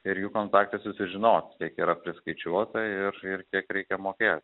ir jų kontakte sužinot kiek yra priskaičiuota ir ir kiek reikia mokėt